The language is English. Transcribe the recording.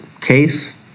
case